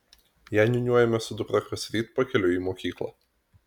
ją niūniuojame su dukra kasryt pakeliui į mokyklą